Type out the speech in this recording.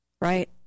right